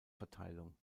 verteilung